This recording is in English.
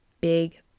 big